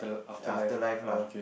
after life lah